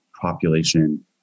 population